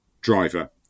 driver